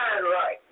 right